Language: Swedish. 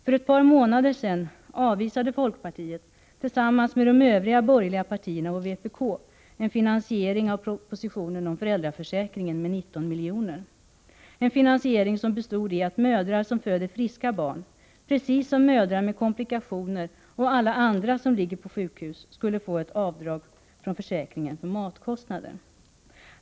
För ett par månader sedan avvisade folkpartiet — tillsammans med övriga borgerliga partier och vpk — en finansiering av propositionen om föräldraförsäkringen med 19 milj.kr. Finansieringen bestod i att mödrar som föder friska barn, precis som mödrar med komplikationer och liksom alla andra som ligger på sjukhus, skulle få ett avdrag från försäkringen för matkostnader.